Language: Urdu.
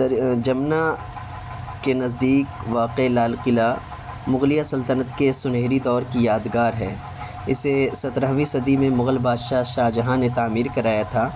جمنا کے نزدیک واقع لال قلعہ مغلیہ سلطنت کے سنہری دور کی یادگار ہے اسے سترہویں صدی میں مغل بادشاہ شاہجہاں نے تعمیر کرایا تھا